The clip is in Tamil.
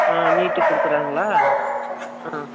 ஆ நீட்டுக்கு கொடுக்குறாங்களா ஆ